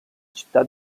città